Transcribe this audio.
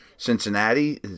Cincinnati